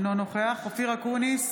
אינו נוכח אופיר אקוניס,